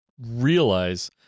Realize